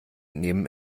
nehmen